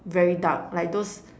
very dark like those